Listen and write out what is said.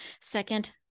second